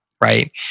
right